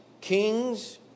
kings